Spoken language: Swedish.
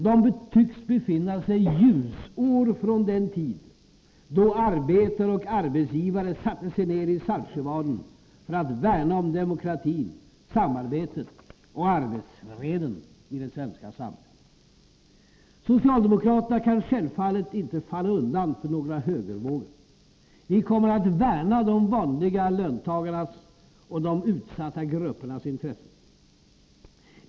De tycks befinna sig ljusår från den tid då arbetare och arbetsgivare satte sig ner i Saltsjöbaden för att värna om demokratin, samarbetet och arbetsfreden i det svenska samhället. Socialdemokraterna kan självfallet inte falla undan för någon högervåg. Vi kommer att värna de vanliga löntagarnas och de utsatta gruppernas intressen.